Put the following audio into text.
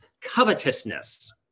covetousness